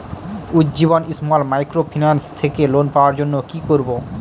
Ujjivan small microfinance থেকে loan পাওয়ার জন্য কি করব?